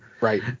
Right